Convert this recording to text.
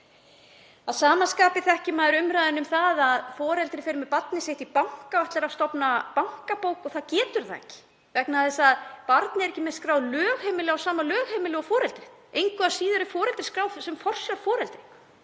Að sama skapi þekkir maður umræðuna um að foreldri fer með barnið sitt í banka og ætlar að stofna bankabók en getur það ekki vegna þess að barnið er ekki með skráð lögheimili á sama stað og foreldrið. Engu að síður er foreldrið skráð sem forsjárforeldri.